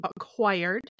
acquired